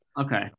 okay